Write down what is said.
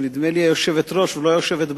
ונדמה לי יושבת-ראש ולא היושבת בראש,